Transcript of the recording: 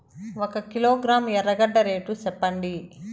ఒక కిలోగ్రాము ఎర్రగడ్డ రేటు సెప్పండి?